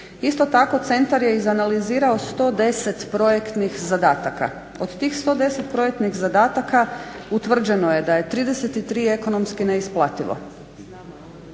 Isto tako centar je izanalizirao 110 projektnih zadataka. Od tih 110 projektnih zadataka utvrđeno je da je 33 ekonomski neisplativo,